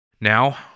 Now